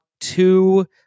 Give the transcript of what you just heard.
two